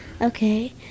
Okay